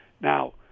Now